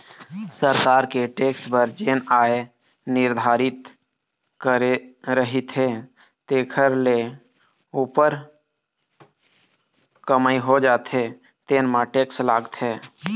सरकार के टेक्स बर जेन आय निरधारति करे रहिथे तेखर ले उप्पर कमई हो जाथे तेन म टेक्स लागथे